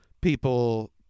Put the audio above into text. people